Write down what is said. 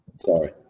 sorry